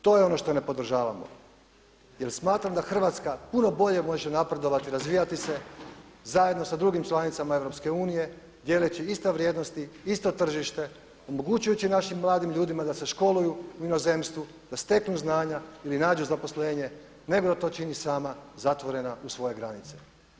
To je ono što ne podržavamo jer smatram da Hrvatska puno bolje može napredovati, razvijati se zajedno sa drugim članicama Europske unije dijeleći iste vrijednosti, isto tržište omogućujući našim mladim ljudima da se školuju u inozemstvu, da steknu znanja ili nađu zaposlenje, nego da to čini sama zatvorena u svoje granice.